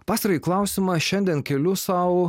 pastarąjį klausimą šiandien keliu sau